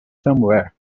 somewhere